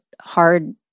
hard